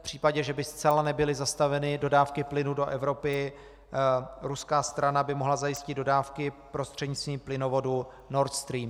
V případě, že by zcela nebyly zastaveny dodávky plynu do Evropy, ruská strana by mohla zajistit dodávky prostřednictvím plynovodu Nordstream.